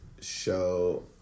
show